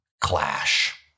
Clash